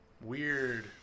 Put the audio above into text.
Weird